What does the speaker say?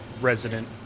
resident